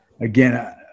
Again